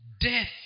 death